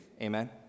Amen